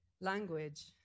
language